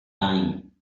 dime